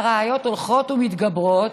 והראיות הולכות ומתגברות.